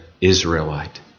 Israelite